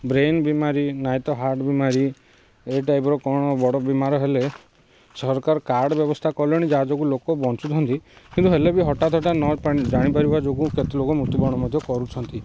brain ବିମାରୀ ନାହିଁ ତ ହାର୍ଟ ବିମାରୀ ଏଇ ଟାଇପ୍ର କ'ଣ ବଡ଼ ବୀମାର ହେଲେ ସରକାର କାର୍ଡ଼ ବ୍ୟବସ୍ଥା କଲେଣି ଯାହା ଯୋଗୁଁ ଲୋକ ବଞ୍ଚୁଛନ୍ତି କିନ୍ତୁ ହେଲେ ବି ହଠାତ ହଠାତ ନ ଜାଣିପାରିବା ଯୋଗୁଁ କେତେ ଲୋକ ମୃତ୍ୟୁବଣ ମଧ୍ୟ କରୁଛନ୍ତି